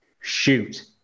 shoot